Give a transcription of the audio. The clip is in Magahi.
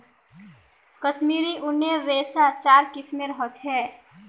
कश्मीरी ऊनेर रेशा चार किस्मेर ह छे